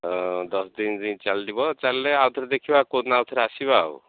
ହଁ ଦଶ ଦିନି ଦିନି ଚାଲିଯିବ ଚାଲିଲେ ଆଉଥରେ ଦେଖିବା କେଉଁଦିନ ଆଉଥରେ ଆସିବା ଆଉ